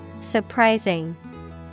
Surprising